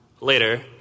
later